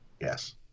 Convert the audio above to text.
yes